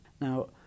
Now